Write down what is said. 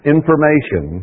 information